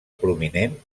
prominent